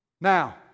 Now